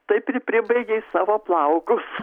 taip ir pribaigei savo plaukus